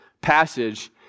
passage